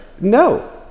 no